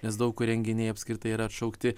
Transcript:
nes daug kur renginiai apskritai yra atšaukti